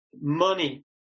money